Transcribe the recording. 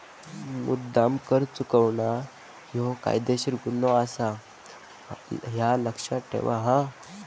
मुद्द्दाम कर चुकवणा ह्यो कायदेशीर गुन्हो आसा, ह्या लक्ष्यात ठेव हां